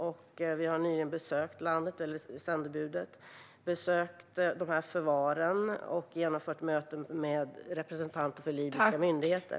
Sändebudet har nyligen besökt landet, besökt förvaren och genomfört möten med representanter för libyska myndigheter.